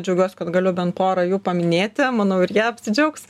džiaugiuosi kad galiu bent porą jų paminėti manau ir jie apsidžiaugs